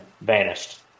vanished